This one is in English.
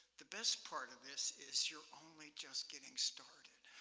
the best part of this is you're only just getting started.